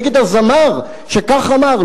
נגד הזמר שכך אמר,